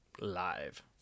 live